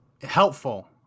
helpful